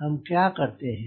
हम क्या करते हैं